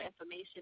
information